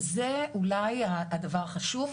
וזה אולי הדבר החשוב,